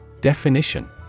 Definition